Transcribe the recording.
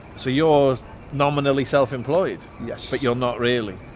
so you're nominally self-employed. yes. but you're not really.